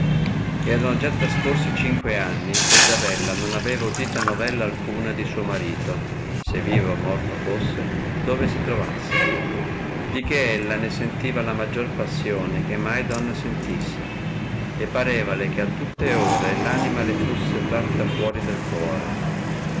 ricordava erano già trascorsi cinque anni che isabella non aveva udita novella alcuna di suo marito se vivo o morto fosse dove si trovasse di che ella ne sentiva la maggior passione che mai donna sentisse e parevale che a tutte ore l anima le fusse tratta fuori del cuore